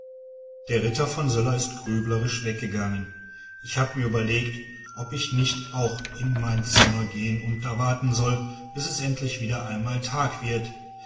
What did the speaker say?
der ritter von söller ist grüblerisch weggegangen ich hab mir überlegt ob ich nicht auch in mein zimmer gehen und da warten soll bis es endlich wieder einmal tag wird